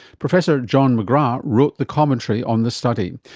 professor john mcgrath wrote the commentary on the study.